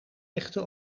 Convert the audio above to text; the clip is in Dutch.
echte